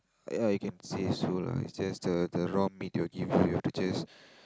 yeah you can say so lah it's just the the raw meat they'll give you you have to just